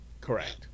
Correct